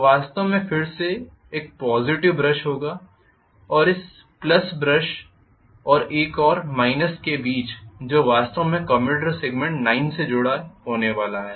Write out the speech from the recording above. जो वास्तव में फिर से एक पॉज़िटिव ब्रश होगा और इस प्लस और एक और माइनस के बीच जो वास्तव में कम्यूटेटर सेगमेंट नंबर 9 में जुड़ने वाला है